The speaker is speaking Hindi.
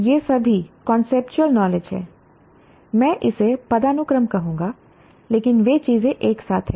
ये सभी कांसेप्चुअल नॉलेज हैं मैं इसे पदानुक्रम कहूंगा लेकिन वे चीजें एक साथ हैं